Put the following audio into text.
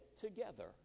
together